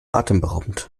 atemberaubend